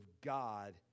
God